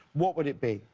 what would it be.